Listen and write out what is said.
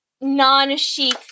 non-chic